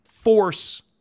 Force